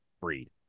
breed